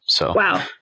Wow